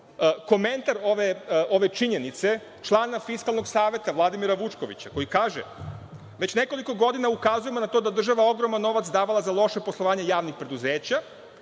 komentar ove činjenice, člana Fiskalnog saveta, Vladimira Vučkovića koji kaže – već nekoliko godina ukazujemo na to da je država ogroman novac davala za loše poslovanje javnih preduzeća.